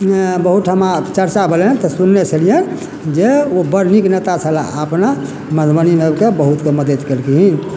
बहुत हमरा चर्चा भेलनि तऽ सुनने छलियैन जे ओ बड़ नीक नेता छला अपना मधुबनीमे आब कऽ बहुत मदद केलखिन